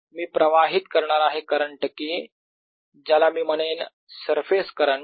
मी प्रवाहित करणार आहे करंट K ज्याला मी म्हणेन सरफेस करंट